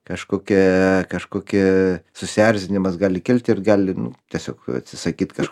kažkokia kažkokį susierzinimas gali kilt ir gali nu tiesiog atsisakyt kažko